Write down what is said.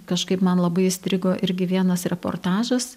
kažkaip man labai įstrigo irgi vienas reportažas